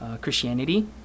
Christianity